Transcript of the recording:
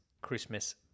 Christmas